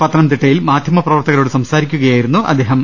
പത്തനംതിട്ടയിൽ മാധ്യമ പ്രവർത്തകരോട് സംസാ രിക്കുകയായിരുന്നു അദ്ദേഹം